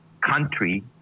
country